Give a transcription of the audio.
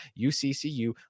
UCCU